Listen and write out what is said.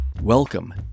Welcome